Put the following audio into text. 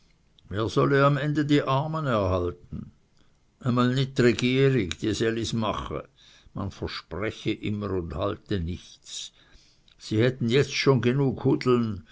wer solle am ende die armen erhalten e mal nit dregierig die sellis mache man verspreche immer und halte nichts sie hätten jetzt schon genug hudeln